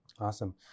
Awesome